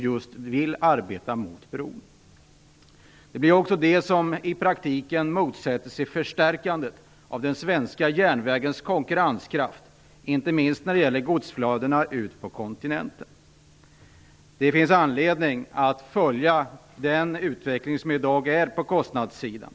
Det är också dessa personer som i praktiken motsätter sig förstärkandet av den svenska järnvägens konkurrenskraft, inte minst när det gäller godstraderna ut till kontinenten. Det finns anledning att följa dagens utveckling på kostnadssidan.